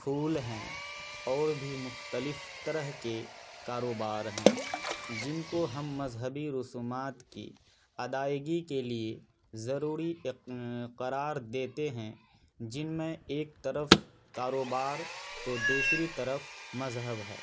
پھول ہیں اور بھی مختلف طرح کے کاروبار ہیں جن کو ہم مذہبی رسومات کی ادائیگی کے لیے ضروری قرار دیتے ہیں جن میں ایک طرف کاروبار تو دوسری مذہب ہے